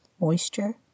moisture